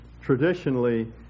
traditionally